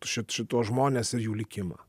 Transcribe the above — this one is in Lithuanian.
šit šituos žmones ir jų likimą